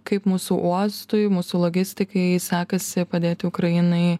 kaip mūsų uostui mūsų logistikai sekasi padėti ukrainai